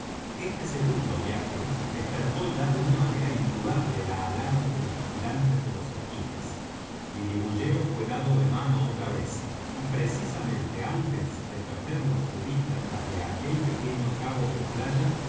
este segundo viaje despertó ya de una manera indudable la alarma de los vigilantes de los esquifes lilibullero fué dado de mano otra vez y precisamente antes de perderlos de vista tras del pequeño cabo de la playa